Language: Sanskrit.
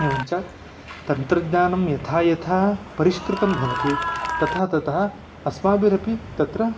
एवं च तन्त्रज्ञानं यथा यथा परिष्कृतं भवति तथा तथा अस्माभिरपि तत्र